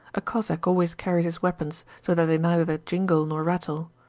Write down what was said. a cossack always carries his weapons so that they neither jingle nor rattle.